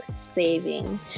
saving